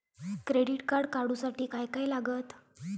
Credit card काढूसाठी काय काय लागत?